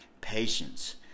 patience